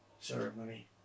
ceremony